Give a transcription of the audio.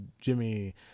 Jimmy